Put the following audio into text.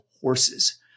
horses